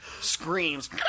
screams